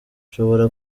ushobora